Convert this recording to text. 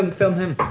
and film him!